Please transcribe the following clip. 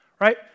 right